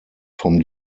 vom